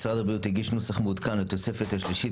משרד הבריאות הגיש נוסח מעודכן לתוספות השלישית